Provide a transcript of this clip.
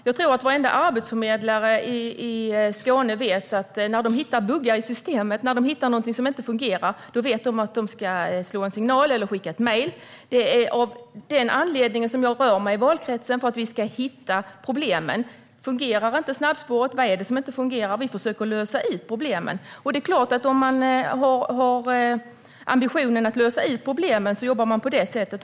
Jag tror att varenda arbetsförmedlare i Skåne vet att när de hittar buggar i systemet eller någonting som inte fungerar ska de slå en signal eller skicka ett mejl. Det är av den anledningen, för att vi ska hitta problemen, som jag rör mig i valkretsen. Fungerar inte snabbspåret? Vad är det som inte fungerar? Vi försöker att lösa problemen. Det är klart att om man har ambitionen att lösa problemen jobbar man på det sättet.